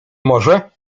może